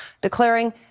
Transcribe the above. declaring